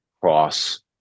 cross